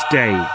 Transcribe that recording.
day